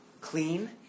clean